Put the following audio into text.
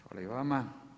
Hvala i vama.